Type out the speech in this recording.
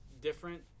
different